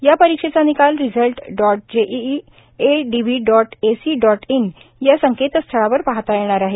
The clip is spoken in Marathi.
या परीक्षेचा निकाल result dot JEE ADV dot AC dot in या संकेतस्थळावर पाहता येणार आहे